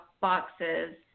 boxes